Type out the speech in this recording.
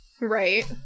Right